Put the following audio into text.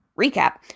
recap